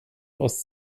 aus